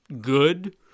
good